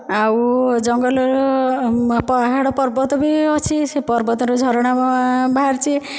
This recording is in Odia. ଆଉ ଜଙ୍ଗଲର ପାହାଡ଼ ପର୍ବତ ବି ଅଛି ସେଇ ପର୍ବତରୁ ଝରଣା ବାହାରିଛି